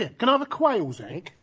ah can i have a quail's egg?